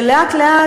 שלאט-לאט,